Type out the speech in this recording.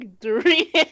three